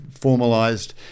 formalized